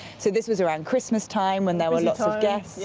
so this was around christmas time when there were lots of guests. yeah